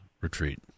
retreat